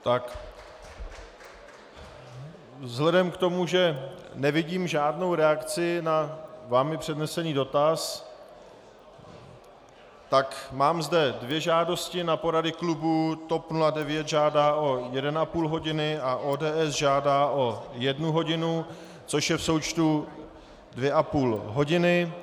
Tak vzhledem k tomu, že nevidím žádnou reakci na vámi přednesený dotaz, tak mám zde dvě žádosti na porady klubů: TOP 09 žádá o jeden a půl hodiny a ODS žádá o jednu hodinu, což je v součtu dvě a půl hodiny.